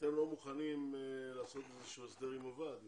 שאתם לא מוכנים לעשות איזשהו הסדר עם הועד הבנתי.